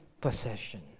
possession